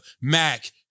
Mac